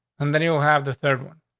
and then you'll have the third one.